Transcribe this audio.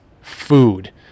food